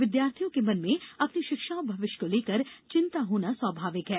विद्यार्थियों के मन में अपनी शिक्षा और भविष्य को लेकर चिन्ता होना स्वभाविक है